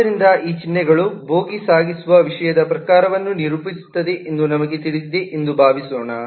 ಆದ್ದರಿಂದ ಈ ಚಿಹ್ನೆಗಳು ಬೋಗಿಯಸಾಗಿಸುವ ವಿಷಯದ ಪ್ರಕಾರವನ್ನು ನಿರೂಪಿಸುತ್ತವೆ ಎಂದು ನಮಗೆ ತಿಳಿದಿದೆ ಎಂದು ಭಾವಿಸೋಣ